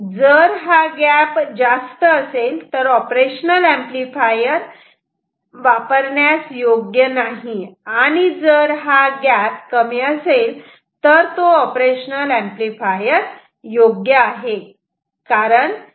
जर हा गॅप जास्त असेल तर तो ऑपरेशनल ऍम्प्लिफायर योग्य नाही आणि जर हा गॅप कमी असेल तर तो ऑपरेशनल ऍम्प्लिफायर योग्य आहे